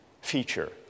feature